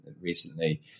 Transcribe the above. recently